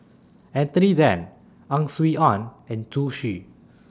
Anthony Then Ang Swee Aun and Zhu Xu